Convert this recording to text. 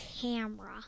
camera